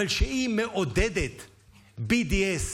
אבל שהיא מעודדת BDS,